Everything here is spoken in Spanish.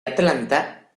atlanta